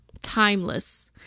timeless